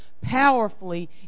powerfully